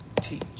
teach